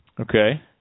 Okay